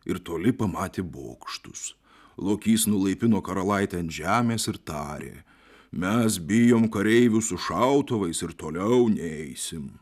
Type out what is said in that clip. ir toli pamatė bokštus lokys nulaipino karalaitę ant žemės ir tarė mes bijom kareivių su šautuvais ir toliau neisim